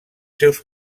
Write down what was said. seus